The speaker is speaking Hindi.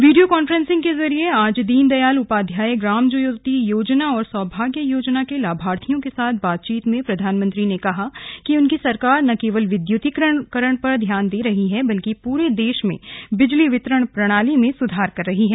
वीडियो कान्फ्रेंसिंग के जरिये आज दीनदयाल उपाध्याय ग्राम ज्योति योजना और सौभाग्य योजना के लाभार्थियों के साथ बातचीत में प्रधानमंत्री ने कहा कि उनकी सरकार न केवल विद्युतीकरण पर ध्यान दे रही है बल्कि पूरे देश में बिजली वितरण प्रणाली में सुधार कर रही है